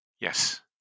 Yes